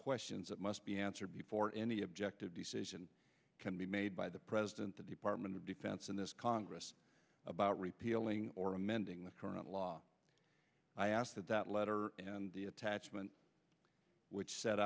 questions that must be answered before any objective decision can be made by the president the department of defense in this congress about repealing or amending the current law i ask that that letter and the attachment which set